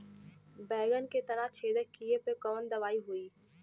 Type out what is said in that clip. बैगन के तना छेदक कियेपे कवन दवाई होई?